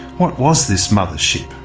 what was this mother-ship?